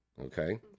Okay